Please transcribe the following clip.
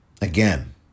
Again